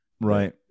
Right